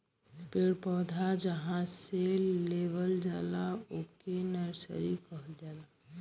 पेड़ पौधा जहां से लेवल जाला ओके नर्सरी कहल जाला